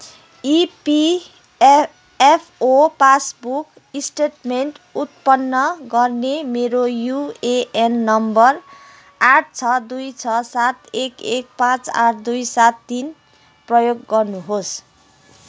EPFFO passbook statement उत्पन्न गर्न मेरो युएएन नम्बर आठ छ दुई छ सात एक एक पाँच आठ दुई सात तिन प्रयोग गर्नुहोस्